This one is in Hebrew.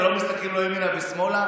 ולא מסתכלים ימינה או שמאלה,